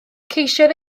ceisiodd